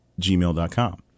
gmail.com